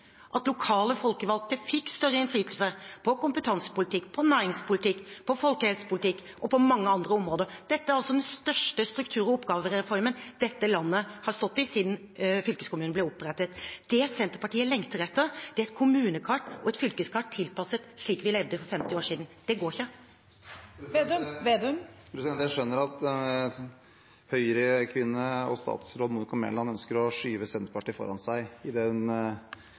at lokale folkevalgte fikk større innflytelse på kompetansepolitikk, på næringspolitikk, på folkehelsepolitikk og på mange andre områder. Dette er altså den største struktur- og oppgavereformen dette landet har stått i siden fylkeskommunen ble opprettet. Det Senterpartiet lengter etter, er et kommunekart og et fylkeskart tilpasset slik vi levde for 50 år siden. Det går ikke. Det blir oppfølgingsspørsmål – først Trygve Slagsvold Vedum. Jeg skjønner at Høyre-kvinne og statsråd Monica Mæland ønsker å skyve Senterpartiet foran seg i den